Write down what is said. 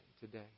today